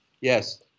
Yes